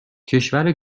کشور